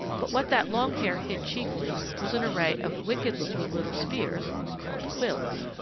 but what that long hair hid chiefly was an array of wicked-looking little spears called quills.